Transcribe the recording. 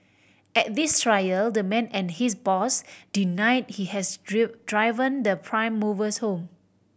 at this trial the man and his boss deny he has driven the prime movers home